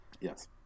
yes